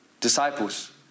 Disciples